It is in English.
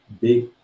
big